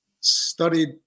studied